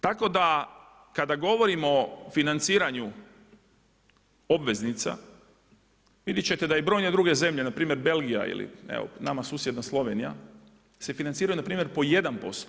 Tako da, kada govorimo o financiranju, obveznica, vidjeti ćete da i brojne druge zemlje, npr. Belgija ili evo, nama susjedna Slovenija, se financiraju npr. po 1%